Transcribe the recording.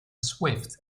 swift